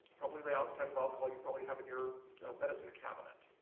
probably the ah type of alcohol you probably have in your medicine cabinet.